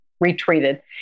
retreated